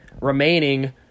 remaining